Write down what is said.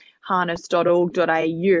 harness.org.au